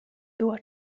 była